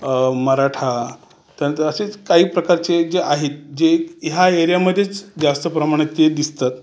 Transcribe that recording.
मराठा त्यानंतर असेच काही प्रकारचे जे आहेत जे ह्या एरियामध्येच जास्त प्रमाणात ते दिसतात